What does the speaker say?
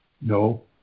No